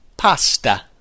PASTA